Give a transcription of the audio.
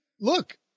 Look